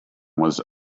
was